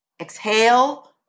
exhale